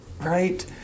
Right